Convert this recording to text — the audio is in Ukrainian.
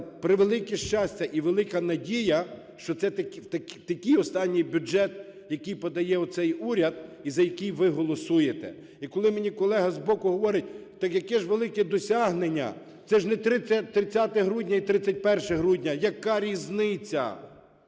превелике щастя, і велика надія, що це такий останній бюджет, який подає оцей уряд і за який ви голосуєте. І коли мені колега збоку говорить: так яке ж велике досягнення, це ж не 30 грудня і 31 грудня. Яка різниця?